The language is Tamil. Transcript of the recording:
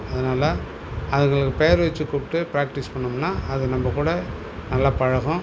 அதனால் அதுகளுக்கு பேர் வெச்சு கூப்பிட்டு பிராக்ட்டிஸ் பண்ணோம்னா அது நம்மக்கூட நல்லா பழகும்